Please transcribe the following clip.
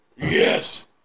Yes